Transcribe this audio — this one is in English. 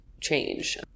change